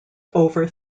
over